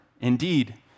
indeed